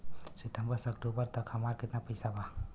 सितंबर से अक्टूबर तक हमार कितना पैसा बा?